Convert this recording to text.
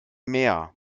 mehr